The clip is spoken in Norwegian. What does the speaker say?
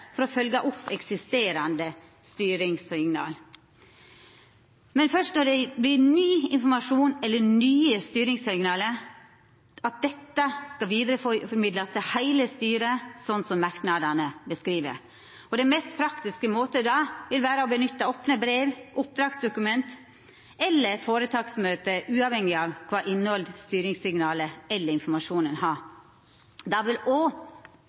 for å følgja opp eksisterande styringssignal, men først når det vert gjeve ny informasjon eller nye styringssignal om at dette må vidareformidlast til heile styret, slik merknadene beskriv. Den mest praktiske måten vil då vera å nytta opne brev, oppdragsdokument eller føretaksmøtet, avhengig av kva innhald styringssignalet eller informasjonen har. Då vil også offentlegheita elles ha innsyn i det